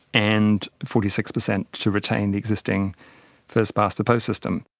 and forty six percent to retain the existing first-past-the-post system.